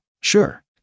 Sure